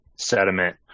sediment